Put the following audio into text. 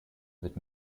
wird